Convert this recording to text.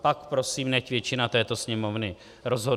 Pak prosím, nechť většina této Sněmovny rozhodne.